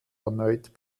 erneut